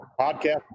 Podcast